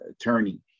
attorney